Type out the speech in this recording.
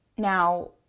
Now